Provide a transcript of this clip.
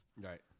right